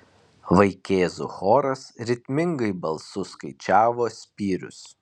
vaikėzų choras ritmingai balsu skaičiavo spyrius